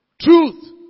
truth